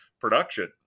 production